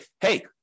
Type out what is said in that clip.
hey